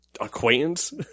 Acquaintance